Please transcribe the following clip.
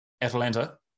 Atlanta